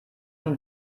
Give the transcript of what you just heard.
ein